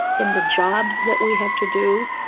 in the jobs that we have to do,